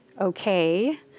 okay